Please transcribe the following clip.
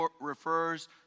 refers